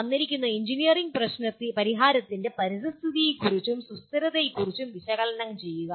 തന്നിരിക്കുന്ന എഞ്ചിനീയറിംഗ് പരിഹാരത്തിന്റെ പരിസ്ഥിതിയെക്കുറിച്ചും സുസ്ഥിരതയെക്കുറിച്ചും വിശകലനം ചെയ്യുക